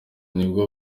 nibwo